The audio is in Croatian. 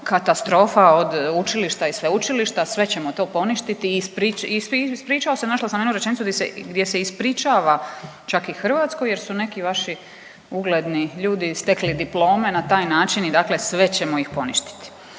katastrofa od učilišta i sveučilišta sve ćemo to poništiti i ispričao se. Našla sam jednu rečenicu gdje se ispričava čak i Hrvatskoj jer su neki vaš ugledni ljudi stekli diplome na taj način i dakle sve ćemo ih poništiti.